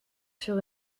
sur